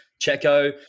Checo